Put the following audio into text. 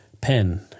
Pen